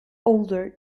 older